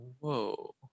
whoa